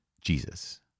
Jesus